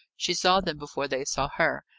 she saw them before they saw her,